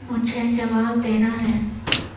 مجھے جواب دینا ہے